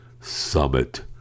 summit